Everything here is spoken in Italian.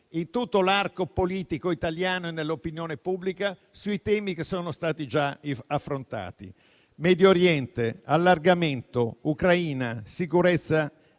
in tutto l'arco politico italiano e nell'opinione pubblica, sui temi che sono stati già affrontati: Medio Oriente, allargamento, Ucraina, sicurezza